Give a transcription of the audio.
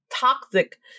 toxic